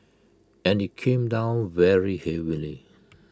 and IT came down very heavily